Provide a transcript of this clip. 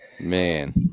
man